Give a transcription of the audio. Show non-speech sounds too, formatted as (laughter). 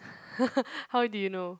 (laughs) how did you know